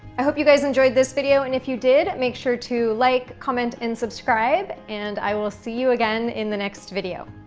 i hope you guys enjoyed this video and if you did make sure to like, comment and subscribe and i will see you again in the next video.